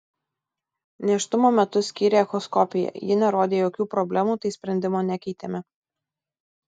nėštumo metu skyrė echoskopiją ji nerodė jokių problemų tai sprendimo nekeitėme